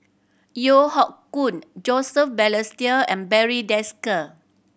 Yeo Hoe Koon Joseph Balestier and Barry Desker